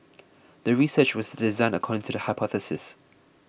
the research was designed according to the hypothesis